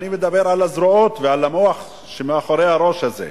אני מדבר על הזרועות ועל המוח שמאחורי הראש הזה.